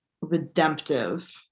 redemptive